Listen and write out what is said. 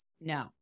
No